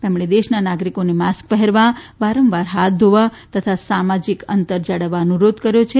તેમણે દેશના નાગરિકોને માસ્ક પહેરવા વારંવાર હાથ ધોવા તથા સામાજીક અંતર જાળવવા અનુરોધ કર્યો છે